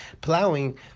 plowing